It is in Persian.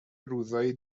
روزای